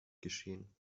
geschehen